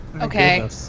Okay